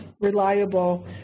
reliable